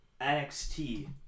NXT